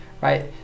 right